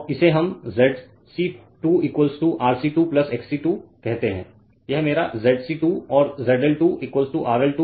Refer Slide Time 0711 तो इसे हम ZC 2 RC 2 XC 2 कहते हैं यह मेरा ZC 2 और ZL 2 R 2 XL 2 है